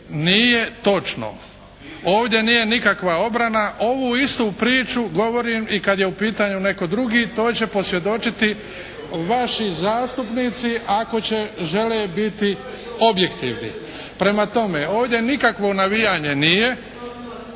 Nije točno. Ovdje nije nikakva obrana. Ovu istu priču govorim i kad je u pitanju netko drugi, to će posvjedočiti vaši zastupnici ako žele biti objektivni. Prema tome, ovdje nikakvo navijanje nije